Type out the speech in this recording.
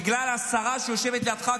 בגלל השרה שיושבת לידך,